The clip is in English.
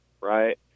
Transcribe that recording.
right